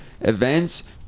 events